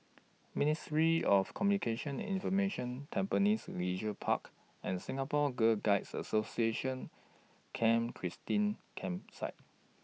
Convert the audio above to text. Ministry of Communications and Information Tampines Leisure Park and Singapore Girl Guides Association Camp Christine Campsite